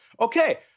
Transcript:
okay